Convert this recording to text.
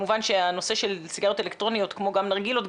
כמובן שהנושא של סיגריות אלקטרוניות כמו גם נרגילות,